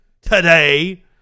today